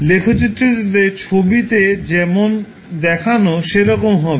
লেখচিত্রটি ছবিতে যেমন দেখানো সেরকম হবে